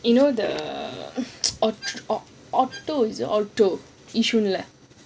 you know the ORTO ORTO yishun